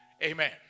Amen